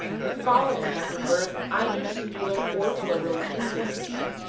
the following have the verb either singular or plural indifferently